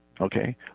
Okay